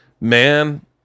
Man